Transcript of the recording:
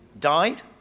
died